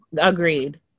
Agreed